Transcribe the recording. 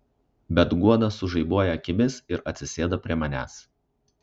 bet guoda sužaibuoja akimis ir atsisėda prie manęs